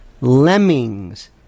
lemmings